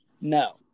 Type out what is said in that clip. No